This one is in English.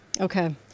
Okay